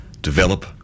develop